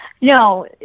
No